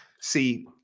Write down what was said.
See